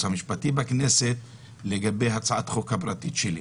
המשפטי של הכנסת לגבי הצעת החוק הפרטית שלי.